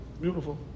beautiful